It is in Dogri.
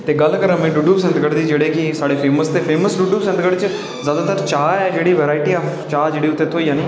ते गल्ल करां में डूड्डू बसंत गढ़ जेह्ड़े कि फेमस ते फेमस ज्यादातर चाऽ ऐ जेह्डी वेराईटियां ऑफ चाऽ जेह्ड़ी उत्थै थ्होई जानी